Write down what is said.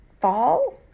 fall